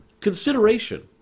consideration